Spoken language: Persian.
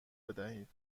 بدهید